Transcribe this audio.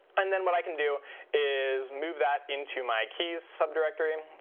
and then what i can do is move that into my keys subdirectory.